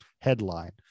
headline